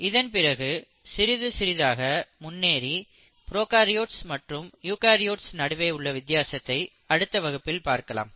இதன் பிறகு சிறிது சிறிதாக முன்னேறி ப்ரோகாரியோட்ஸ் மற்றும் யூகரியோட்ஸ் நடுவே உள்ள வித்தியாசத்தை அடுத்த வகுப்பில் பார்க்கலாம்